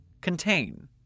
Contain